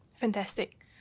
Fantastic